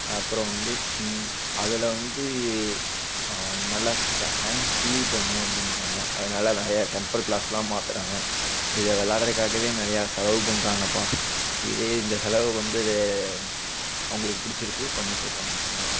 அப்புறம் வந்து அதில் வந்து அவன் நல்லா ஹேண்ட் ஸ்பீட் வேணும் அப்படின்றவன் அதனால நிறையா டெம்பர் க்ளாஸெலாம் மாற்றுறாங்க இதை விளாயாடுறதுக்காகவே நிறையா செலவு பண்ணுறாங்கப்பா இதே இந்த செலவு வந்து அவங்களுக்கு பிடிச்சிருக்கு பண்ணிகிட்ருக்காங்க அவ்வளோ தான்